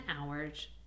hours